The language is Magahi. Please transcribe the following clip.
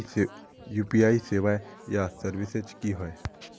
यु.पी.आई सेवाएँ या सर्विसेज की होय?